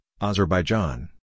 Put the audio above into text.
Azerbaijan